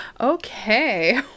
Okay